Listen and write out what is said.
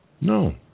No